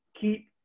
keep